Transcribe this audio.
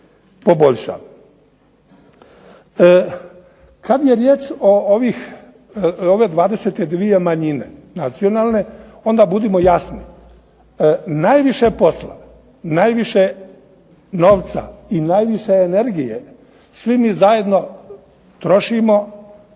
poboljša. Kad je riječ o ove 22 manjine nacionalne onda budimo jasno, najviše posla, najviše novca i najviše energije svi mi zajedno trošimo